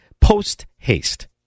post-haste